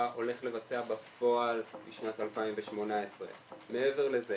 הולך לבצע בפועל בשנת 2018. מעבר לזה,